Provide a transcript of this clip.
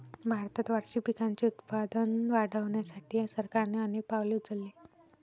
भारतात वार्षिक पिकांचे उत्पादन वाढवण्यासाठी सरकारने अनेक पावले उचलली